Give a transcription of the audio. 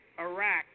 Iraq